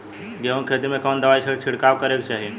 गेहूँ के खेत मे कवने दवाई क छिड़काव करे के चाही?